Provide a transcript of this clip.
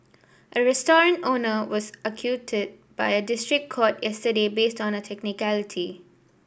a restaurant owner was acquitted by a district court yesterday based on a technicality